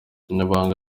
umunyamabanga